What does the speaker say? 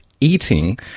eating